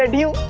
and you.